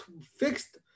fixed